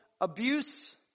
abuse